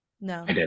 no